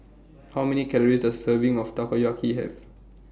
How Many Calories Does A Serving of Takoyaki Have